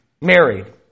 married